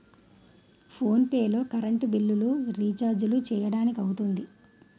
phone pay లో కర్రెంట్ బిల్లులు, రిచార్జీలు చేయడానికి అవుతుంది